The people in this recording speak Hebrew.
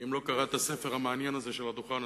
אם לא קרא את הספר המעניין הזה שעל הדוכן,